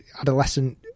adolescent